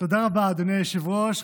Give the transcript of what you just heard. תודה רבה, אדוני היושב-ראש.